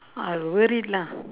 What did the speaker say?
I worried lah